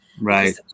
Right